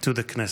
to the Knesset.